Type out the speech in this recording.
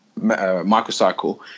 microcycle